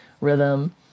rhythm